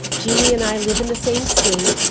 jeannie and i live in the same state.